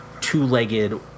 two-legged